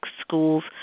schools